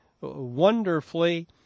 wonderfully